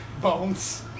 bones